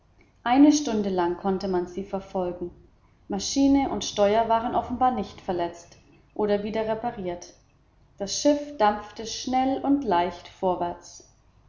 eine stunde lang konnte man sie verfolgen maschine und steuer waren offenbar nicht verletzt oder wieder repariert das schiff dampfte schnell und leicht vorwärts